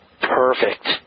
perfect